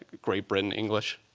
great britain english,